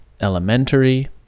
elementary